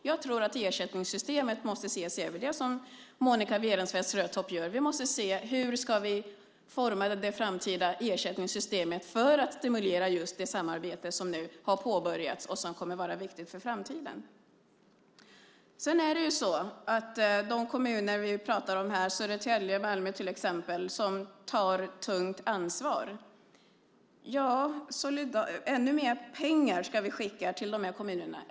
Jag tror att ersättningssystemet måste ses över, vilket Monica Werenfels Röttorp nu gör. Vi måste se hur vi ska forma det framtida ersättningssystemet för att stimulera just det samarbete som nu har påbörjats och som kommer att vara viktigt i framtiden. Ska vi skicka ännu mer pengar till de kommuner som vi pratar om här, Södertälje och Malmö till exempel, som tar ett tungt ansvar?